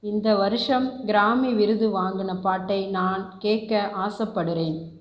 இந்த வருஷம் கிராமி விருது வாங்கிய பாட்டை நான் கேட்க ஆசைப்படுகிறேன்